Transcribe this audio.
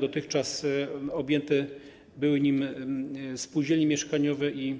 Dotychczas objęte nim były spółdzielnie mieszkaniowe i